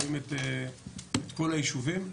רואים את כל הישובים.